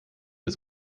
ist